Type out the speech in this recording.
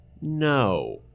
No